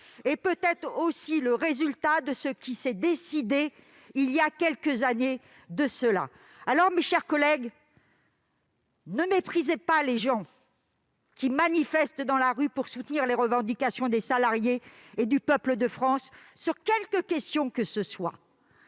est peut-être aussi le résultat de décisions prises voilà quelques années. Dès lors, mes chers collègues, ne méprisez pas les gens qui manifestent dans la rue pour soutenir les revendications des salariés et du peuple de France sur quelque question que ce soit